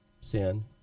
Sin